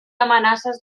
amenaces